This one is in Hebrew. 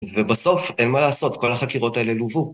ובסוף אין מה לעשות, כל החקירות האלה לוו.